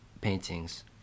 paintings